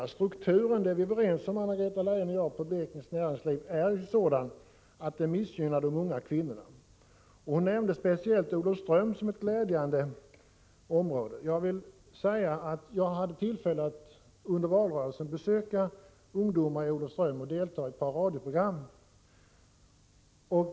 Anna-Greta Leijon och jag är överens om att strukturen på Blekinges näringsliv är sådan att de unga kvinnorna missgynnas. Anna-Greta Leijon nämnde speciellt Olofström som ett glädjande exempel. Jag hade tillfälle att under valrörelsen besöka ungdomar i Olofström och delta i ett par radioprogram.